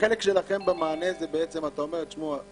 החלק שלכם במענה בעצם אתה אומר: תשמעו,